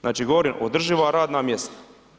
Znači govorim održiva radna mjesta.